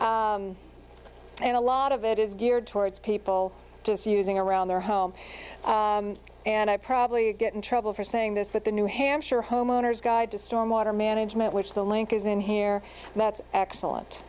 tool and a lot of it is geared towards people just using around their home and i probably get in trouble for saying this but the new hampshire homeowners guide to storm water management which the link is in here that's excellent